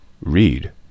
read